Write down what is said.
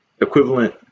Equivalent